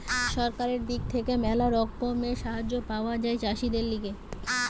সরকারের দিক থেকে ম্যালা রকমের সাহায্য পাওয়া যায় চাষীদের লিগে